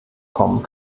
kommen